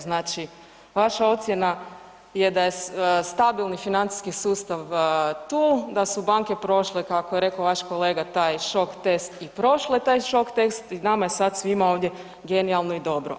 Znači vaša ocjena je da je stabilni financijski sustav tu, da su banke prošle kako je rekao vaš kolega taj šok test i prošle taj šok test i nama je sad svima ovdje genijalno i dobro.